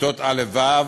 כיתות א' ו'